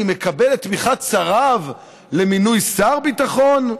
מקבל את תמיכת שריו למינוי שר ביטחון?